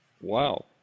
Wow